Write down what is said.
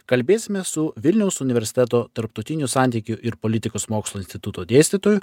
kalbėsime su vilniaus universiteto tarptautinių santykių ir politikos mokslų instituto dėstytoju